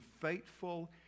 faithful